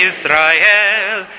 Israel